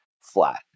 flat